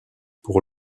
pour